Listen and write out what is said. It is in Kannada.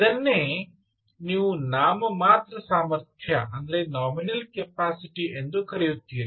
ಇದನ್ನೇ ನೀವು ನಾಮಮಾತ್ರ ಸಾಮರ್ಥ್ಯ ಎಂದು ಕರೆಯುತ್ತೀರಿ